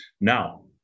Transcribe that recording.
Now